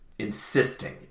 insisting